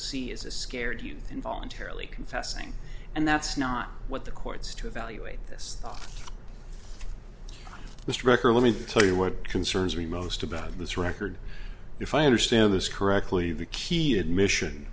see is a scared youth in voluntarily confessing and that's not what the courts to evaluate this list record let me tell you what concerns me most about this record if i understand this correctly the key admission